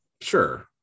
sure